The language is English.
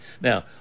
now